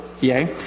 yay